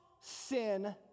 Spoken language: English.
sin